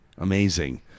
Amazing